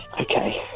Okay